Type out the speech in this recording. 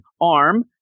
arm